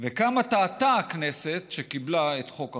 וכמה טעתה הכנסת כשקיבלה את חוק החרם,